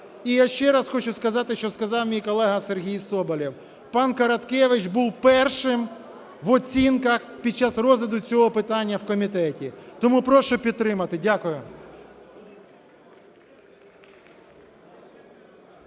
І я ще раз хочу сказати, що сказав мій колега Сергій Соболєв: пан Короткевич був першим в оцінках під час розгляду цього питання в комітеті. Тому прошу підтримати. Дякую.